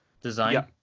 design